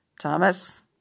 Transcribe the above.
Thomas